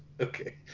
Okay